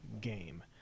game